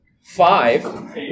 five